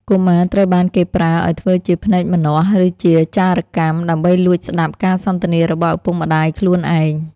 កុមារត្រូវបានគេប្រើឱ្យធ្វើជាភ្នែកម្នាស់ ឬជាចារកម្ម ដើម្បីលួចស្ដាប់ការសន្ទនារបស់ឪពុកម្ដាយខ្លួនឯង។